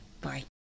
Bye